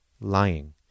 lying